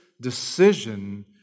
decision